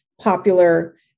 popular